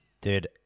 Dude